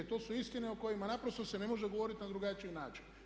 To su istine o kojima naprosto se ne može govoriti na drugačiji način.